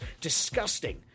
Disgusting